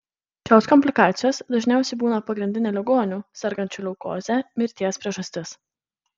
šios komplikacijos dažniausiai būna pagrindinė ligonių sergančių leukoze mirties priežastis